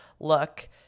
look